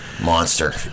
Monster